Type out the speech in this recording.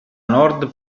nord